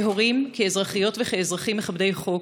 כהורים, כאזרחיות וכאזרחים מכבדי חוק,